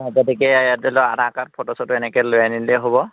গতিকে ইয়াত ধৰি লওক আধাৰ কাৰ্ড ফটো চটো এনেকৈ লৈ আনিলেই হ'ব